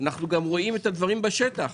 אנחנו גם רואים את הדברים בשטח.